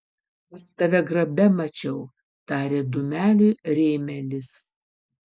aš tave grabe mačiau tarė dūmeliui rėmelis